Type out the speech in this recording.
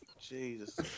Jesus